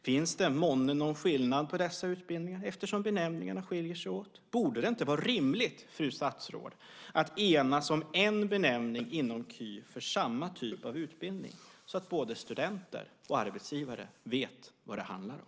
Finns det månne någon skillnad på dessa utbildningar eftersom benämningarna skiljer sig åt? Borde det inte vara rimligt, fru statsråd, att enas om en benämning inom KY för samma typ av utbildning så att både studenter och arbetsgivare vet vad det handlar om?